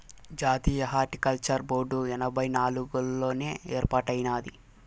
జాతీయ horticulture board ఎనభై నాలుగుల్లోనే ఏర్పాటైనాది